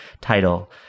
title